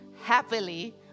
happily